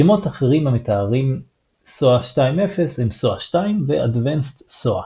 שמות אחרים המתארים SOA 2.0 הם SOA2 ו-Advanced SOA